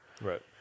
Right